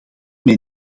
mij